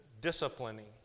disciplining